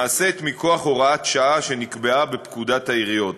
נעשית מכוח הוראת שעה שנקבעה בפקודת העיריות.